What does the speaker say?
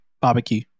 Barbecue